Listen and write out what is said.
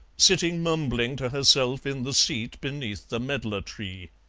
sitting mumbling to herself in the seat beneath the medlar tree.